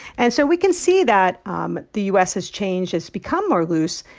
and so we can see that um the u s. has changed, has become more loose.